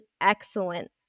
excellent